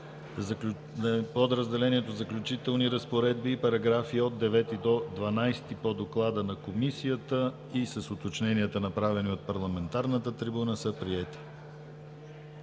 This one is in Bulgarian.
Подразделението „Заключителни разпоредби“ и параграфи от 9 до 12 по доклада на Комисията и с уточненията, направени от парламентарната трибуна, са приети.